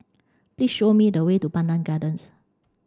please show me the way to Pandan Gardens